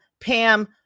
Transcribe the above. Pam